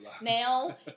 Now